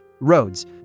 roads